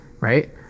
right